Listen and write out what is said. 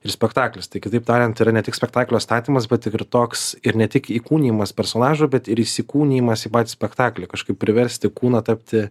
ir spektaklis tai kitaip tariant tai yra ne tik spektaklio statymas bet ir toks ir ne tik įkūnijimas personažų bet ir įsikūnijimas į patį spektaklį kažkaip priversti kūną tapti